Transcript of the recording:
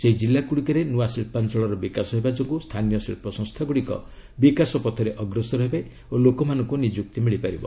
ସେହି ଜିଲ୍ଲାଗୁଡ଼ିକରେ ନୂଆ ଶିଳ୍ପାଞ୍ଚଳର ବିକାଶ ହେବା ଯୋଗୁଁ ସ୍ଥାନୀୟ ଶିଳ୍ପ ସଂସ୍ଥାଗୁଡ଼ିକ ବିକାଶପଥରେ ଅଗ୍ରସର ହେବେ ଓ ଲୋକମାନଙ୍କୁ ନିଯୁକ୍ତି ମିଳିବ